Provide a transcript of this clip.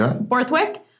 Borthwick